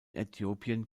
äthiopien